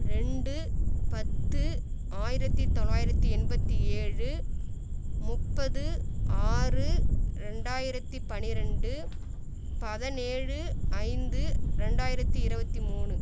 ரெண்டு பத்து ஆயிரத்து தொள்ளாயிரத்து எண்பத்து ஏழு முப்பது ஆறு ரெண்டாயிரத்து பனிரெண்டு பதனேழு ஐந்து ரெண்டாயிரத்து இருபத்தி மூணு